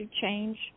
change